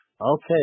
Okay